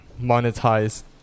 Monetize